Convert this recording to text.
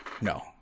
no